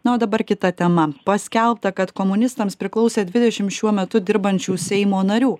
na o dabar kita tema paskelbta kad komunistams priklausė dvidešim šiuo metu dirbančių seimo narių